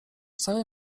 cały